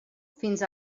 fins